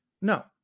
No